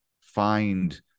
find